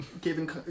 giving